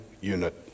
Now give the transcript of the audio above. unit